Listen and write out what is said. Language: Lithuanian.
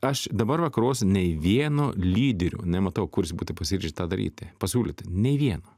aš dabar vakaruos nei vieno lyderio nematau kuris būtų pasiryžęs tą daryti pasiūlyti nei vieno